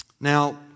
Now